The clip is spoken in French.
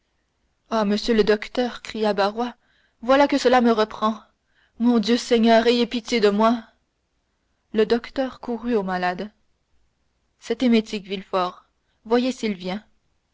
ah monsieur le docteur cria barrois voilà que cela me reprend mon dieu seigneur ayez pitié de moi le docteur courut au malade cet émétique villefort voyez s'il vient